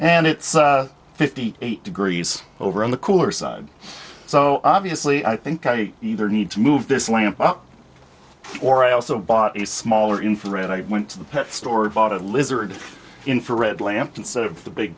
and it's fifty eight degrees over in the cooler side so obviously i think i either need to move this lamp or i also bought a smaller infant and i went to the pet store bought a lizard infrared lamp instead of the big